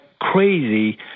crazy